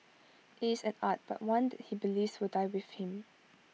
IT is an art but one that he believes will die with him